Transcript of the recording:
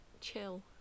chill